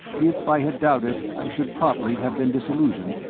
if i had doubted i should promptly have been disillusioned,